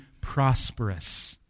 prosperous